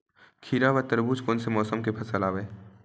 खीरा व तरबुज कोन से मौसम के फसल आवेय?